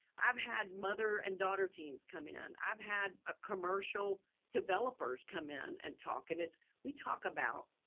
i've had mother and daughter teams come in. i've had a commercial developers come in and talk and it's, we talk about,